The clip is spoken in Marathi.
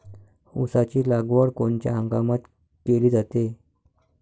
ऊसाची लागवड कोनच्या हंगामात केली जाते?